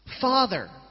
Father